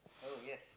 oh yes